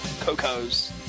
Cocos